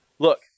Look